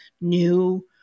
new